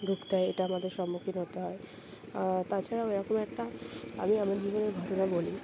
ঢুকতে হয় এটা আমাদের সম্মুখীন হতে হয় তাছাড়াও এরকম একটা আমি আমার জীবনের ঘটনা বলি